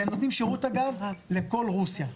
והם נותנים שירות, אגב, לכל רוסיה.